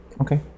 Okay